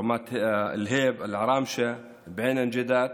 רומת אל-הייב, אל-עראמשה ובועיינה-נוגי'דאת